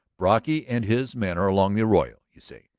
brocky and his men are along the arroyo, you say?